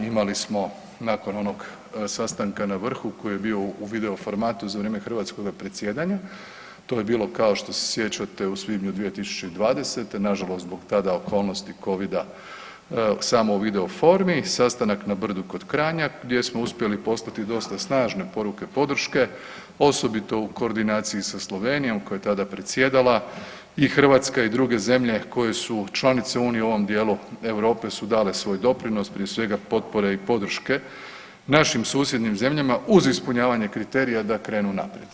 Imali smo nakon onog sastanka na vrhu koji je bio u video formatu za vrijeme hrvatskoga predsjedanja to je bilo kao što se sjećate u svibnju 2020., nažalost zbog tada okolnosti Covida samo u video formi, sastanak na Brdu kod Kranja gdje smo uspjeli poslati dosta snažne poruke podrške osobito u koordinaciji sa Slovenijom koja je tada predsjedala i Hrvatska i druge zemlje koje su članice unije u ovom dijelu Europe su dale svoj doprinos prije svega potpore i podrške našim susjednim zemljama uz ispunjavanje kriterija da krenu naprijed.